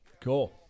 Cool